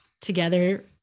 together